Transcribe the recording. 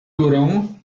górą